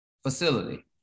facility